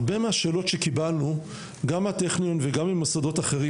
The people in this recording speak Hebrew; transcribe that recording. הרבה מהשאלות שקיבלנו גם מהטכניון וגם ממוסדות אחרים,